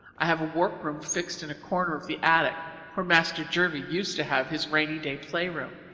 i have a workroom fixed in a corner of the attic where master jervie used to have his rainy-day playroom.